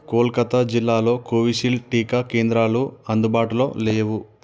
కోల్కతా జిల్లాలో కోవిషీల్డ్ టీకా కేంద్రాలు అందుబాటులో లేవు